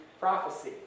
prophecy